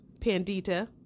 Pandita